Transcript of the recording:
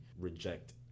reject